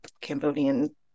Cambodian